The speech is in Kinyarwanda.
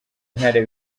ntare